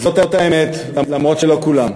זאת האמת, למרות שלא כולם.